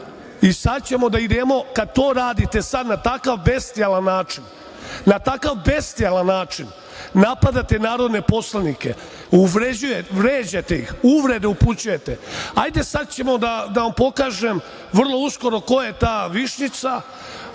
i sda ćemo da idemo kad to radite sad na takav bestijalan način, na takav bestijalan način napadate narodne poslanike, vređate ih, uvrede upućujete, hajde sada ćemo da vam pokažem vrlo uskoro ko je ta „višnjica“.